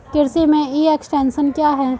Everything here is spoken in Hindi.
कृषि में ई एक्सटेंशन क्या है?